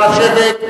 נא לשבת.